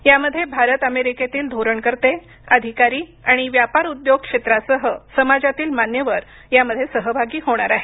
यामध्ये भारत अमेरिकेतील धोरणकर्ते अधिकारी आणि व्यापार उद्योग क्षेत्रासह समाजातील मान्यवर यात सहभागी होणार आहेत